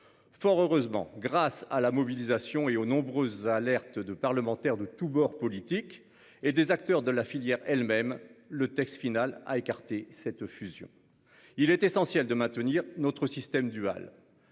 Fort heureusement, grâce à la mobilisation et aux nombreuses alertes de parlementaires de tous bords politiques et des acteurs de la filière elles-mêmes le texte final a écarté cette fusion. Il est essentiel de maintenir notre système dual